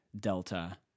Delta